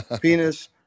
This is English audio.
penis